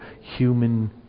human